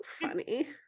funny